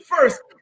first